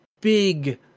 big